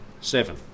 seven